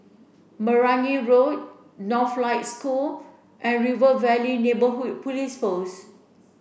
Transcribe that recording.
Meragi Road Northlight School and River Valley Neighbourhood Police Post